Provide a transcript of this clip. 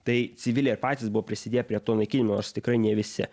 tai civiliai ir patys buvo prisidėję prie to naikinimo nors tikrai ne visi